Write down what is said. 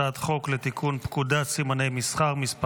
הצעת חוק לתיקון פקודת סימני מסחר (מס'